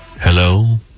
Hello